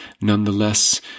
Nonetheless